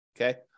okay